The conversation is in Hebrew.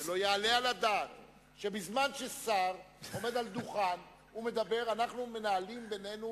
שלא יעלה על הדעת שבזמן ששר עומד על דוכן ומדבר אנחנו מנהלים בינינו,